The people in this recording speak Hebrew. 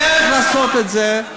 הדרך לעשות את זה,